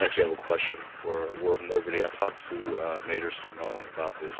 actually have a question for warden liberty. i talked to major seamone about this